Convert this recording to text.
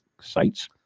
sites